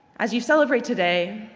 as you celebrate today,